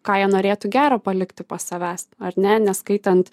ką jie norėtų gero palikti po savęs ar ne neskaitant